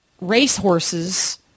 racehorses